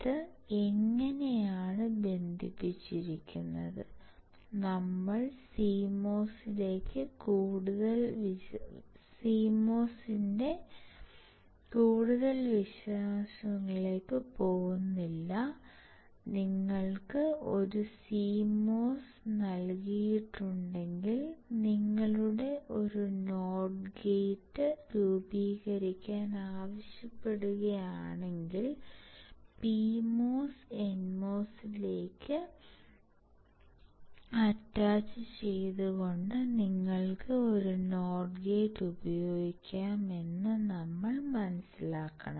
ഇത് എങ്ങനെയാണ് ബന്ധിപ്പിച്ചിരിക്കുന്നത് നമ്മൾ CMOS ലേക്ക് കൂടുതൽ വിശദാംശങ്ങളിലേക്ക് പോകില്ല നിങ്ങൾക്ക് ഒരു CMOS നൽകിയിട്ടുണ്ടെങ്കിൽ നിങ്ങളോട് ഒരു NOT ഗേറ്റ് രൂപീകരിക്കാൻ ആവശ്യപ്പെടുകയാണെങ്കിൽ PMOS NMOS ലേക്ക് അറ്റാച്ചുചെയ്തുകൊണ്ട് നിങ്ങൾക്ക് ഒരു NOT ഗേറ്റ് ഉപയോഗിക്കാം എന്ന് നമ്മൾ മനസ്സിലാക്കണം